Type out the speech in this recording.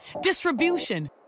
distribution